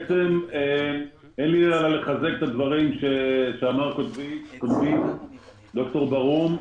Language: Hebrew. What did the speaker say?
אין לי אלא לחזק את הדברים שאמר קודמי ד"ר ברהום.